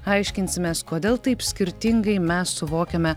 aiškinsimės kodėl taip skirtingai mes suvokiame